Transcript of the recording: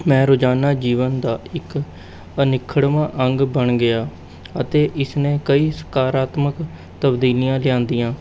ਮੈਂ ਰੋਜ਼ਾਨਾ ਜੀਵਨ ਦਾ ਇੱਕ ਅਨਿੱਖੜ੍ਹਵਾਂ ਅੰਗ ਬਣ ਗਿਆ ਅਤੇ ਇਸ ਨੇ ਕਈ ਸਕਾਰਾਤਮਕ ਤਬਦੀਲੀਆਂ ਲਿਆਂਦੀਆਂ